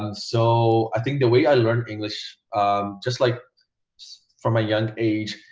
um so, i think the way i learn english just like from a young age,